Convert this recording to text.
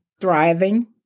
thriving